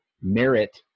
merit